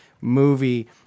movie